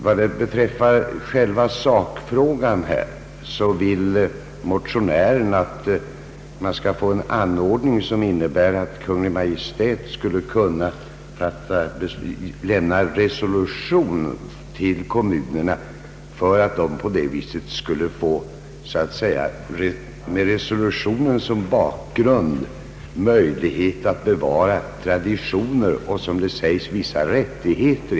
Vad beträffar själva sakfrågan vill motionärerna ha en anordning som innebär att Kungl. Maj:t skall kunna lämna resolution till kommunerna för att de med resolutionen som bakgrund skall få möjlighet att bevara traditioner och, som det sägs, vissa rättigheter.